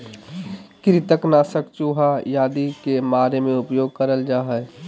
कृंतक नाशक चूहा आदि के मारे मे उपयोग करल जा हल